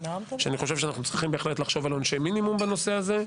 שאני חושב שאנחנו צריכים בהחלט לחשוב על עונשי מינימום בנושא הזה,